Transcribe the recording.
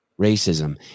racism